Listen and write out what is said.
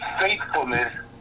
faithfulness